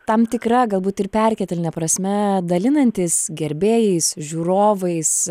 tam tikra galbūt ir perkeltine prasme dalinantis gerbėjais žiūrovais